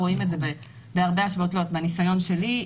רואים את זה בהרבה השוואות ומהניסיון שלי,